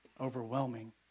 overwhelming